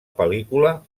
pel·lícula